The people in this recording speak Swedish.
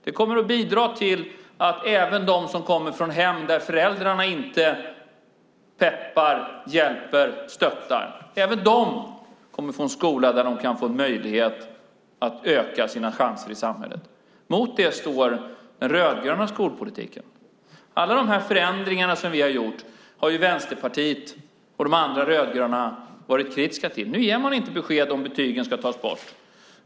Det kommer att bidra till att även de som kommer från hem där föräldrarna inte peppar, hjälper och stöttar kommer att få en skola där de har möjlighet att öka sina chanser i samhället. Mot detta står den rödgröna skolpolitiken. Alla de här förändringarna, som vi har gjort, har Vänsterpartiet och de andra rödgröna varit kritiska till. Nu ger man inte besked om huruvida betygen ska tas bort.